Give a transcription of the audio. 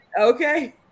Okay